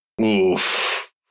Oof